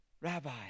rabbi